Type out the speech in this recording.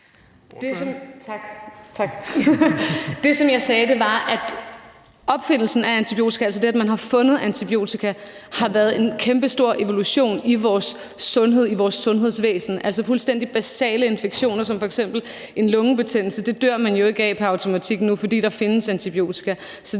Det, som jeg sagde, var, at opfindelsen af antibiotika, altså det, at man har fundet antibiotika, har været en kæmpestor evolution i vores sundhed, i vores sundhedsvæsen. Altså, fuldstændig basale infektioner som f.eks. en lungebetændelse dør man jo ikke pr. automatik af nu, fordi der findes antibiotika.